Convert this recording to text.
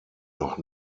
noch